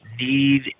need